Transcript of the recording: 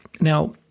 Now